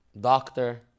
doctor